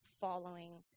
following